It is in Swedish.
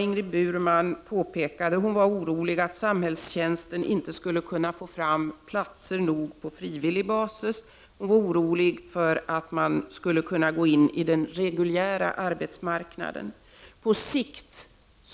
Ingrid Burman påpekade att hon var orolig för att samhällstjänsten inte skulle kunna få fram platser nog på frivillig basis. Hon var orolig för att man skulle kunna gå in på den reguljära arbetsmarknaden. På sikt